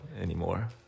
anymore